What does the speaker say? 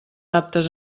aptes